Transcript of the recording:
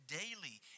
daily